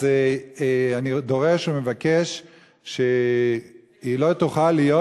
אז אני דורש ומבקש שהיא לא תוכל להיות,